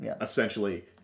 essentially